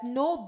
no